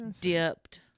Dipped